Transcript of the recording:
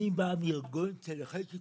אני בא מארגון של אנשים עם שיתוק